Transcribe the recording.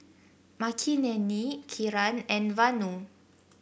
Makineni Kiran and Vanu